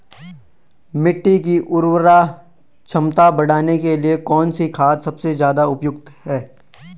मिट्टी की उर्वरा क्षमता बढ़ाने के लिए कौन सी खाद सबसे ज़्यादा उपयुक्त है?